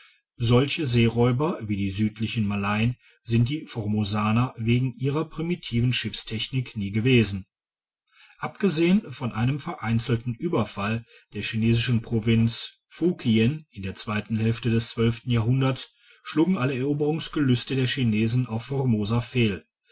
solche seeräuber wie die südlichen malayen sind die formosaner wegen ihrer primitiven schiffstechnik nie gewesen abgesehen von einem vereinzelten ueberfall der chinesischen provinz fukien in der zweiten hälfte des zwölften jahrhunderts schlugen alle eroberungsgelüste der chinesen auf formosa fehl